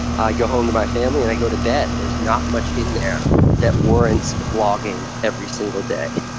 i go home to my family and i go to bed. there's not much in there that warrants vlogging every single day.